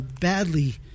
badly